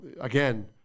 again